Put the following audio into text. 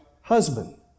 husband